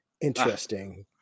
interesting